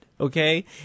okay